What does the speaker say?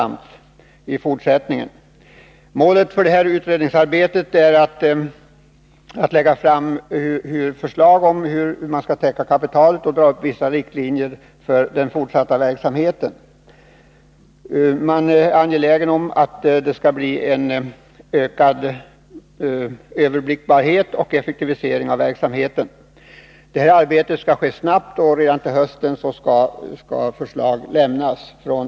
Målet för detta utredningsarbete är att lägga fram förslag om hur man skall täcka kapitalbehovet och att dra upp vissa riktlinjer för den fortsatta verksamheten. Man är angelägen om att få till stånd en ökad överblickbarhet och effektivisering av verksamheten. Detta arbete skall ske snabbt, och redan till hösten skall utredningen lämna ett förslag.